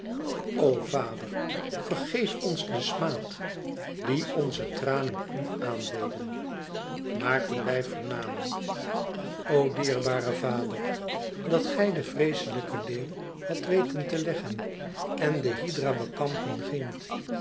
o vader vergeef ons den smaad die onze tranen u àan deden maar toen wij vernamen o dierbare vader dat gij den vreeslijken leeuw had weten te leggen en de hydra bekampen gingt